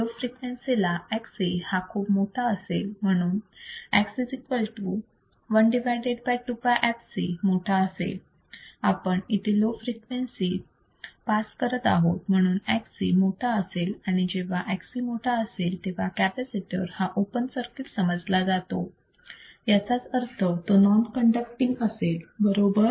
low frequency ला Xc हा खूप मोठा असेल म्हणून X 1 मोठा असेल आपण इथे लो फ्रिक्वेन्सी पास करत आहोत म्हणून Xc मोठा असेल आणि जेव्हा Xc मोठा असेल तेव्हा कॅपॅसिटर हा ओपन सर्किट समजला जातो याचाच अर्थ तो नॉन कण्डक्टींग असेल बरोबर